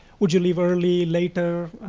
would you leave early, later?